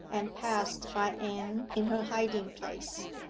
and passed by anne in her hiding-place.